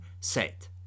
Set